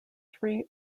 three